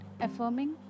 affirming